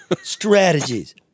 Strategies